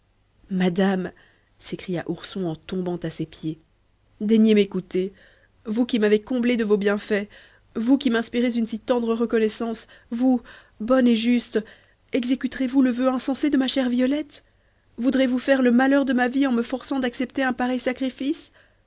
madame s'écria ourson en tombant à ses pieds daignez m'écouter vous qui m'avez comblé de vos bienfaits vous qui m'inspirez une si tendre reconnaissance vous bonne et juste exécuterez vous le voeu insensé de ma chère violette voudrez-vous faire le malheur de ma vie en me forçant d'accepter un pareil sacrifice